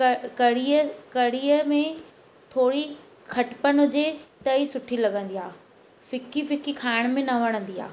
त कढ़ीअ कढ़ीअ में थोरी खटपन हुजे त ई सुठी लॻंदी आहे फिक्की फिक्की खाइण में न वणंदी आहे